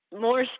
more